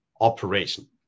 operation